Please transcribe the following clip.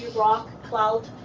rock, cloud,